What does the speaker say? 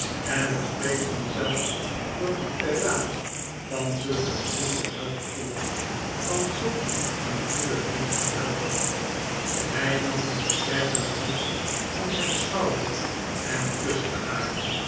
en het spreekt vanzelf dat ik den raad van zulk een vriend en helper volg van zulk een goeden vriend en helper fly nam de versterkende hand van zyn schouder en kuste haar